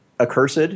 Accursed